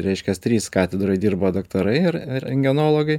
reiškias trys katedroj dirba daktarai ir rentgenologai